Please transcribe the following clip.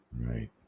Right